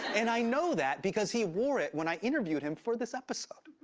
and i know that because he wore it when i interviewed him for this episode.